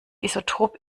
isotop